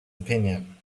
opinion